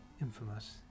infamous